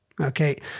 okay